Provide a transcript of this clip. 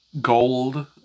gold